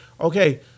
Okay